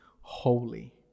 holy